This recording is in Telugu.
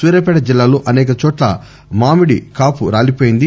సూర్యాపేట జిల్లాలో అసేక చోట్ల మామిడి కాపు రాలిపోయింది